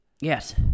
Yes